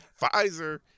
Pfizer